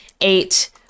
eight